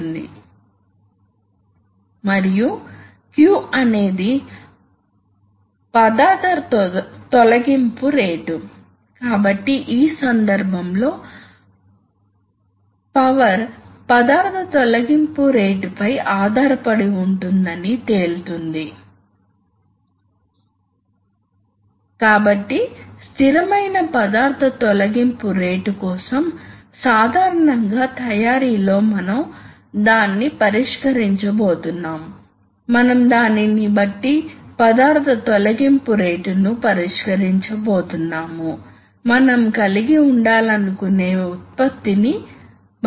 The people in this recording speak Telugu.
ఇప్పుడు మేము చివరి అంశానికి వచ్చాము ఇది హైడ్రాలిక్ ఎలక్ట్రిక్ మరియు న్యూమాటిక్ సిస్టమ్స్ యొక్క పోలిక కాబట్టి తక్కువ పవర్ తక్కువ కాంప్లెక్సిటీ అధిక వాల్యూమ్ అప్లికేషన్స్ కోసం సాధారణంగా న్యూమాటిక్ సిస్టమ్స్ కొన్నిసార్లు మీకు ప్రయోజనాన్ని ఇస్తాయి అందుకే న్యూమాటిక్ టూల్స్ ఆటోమోటివ్ ఫ్యాక్టరీ లో అసెంబ్లీ షాపులు వద్ద ఎక్కువుగా ఉపయోగిస్తారు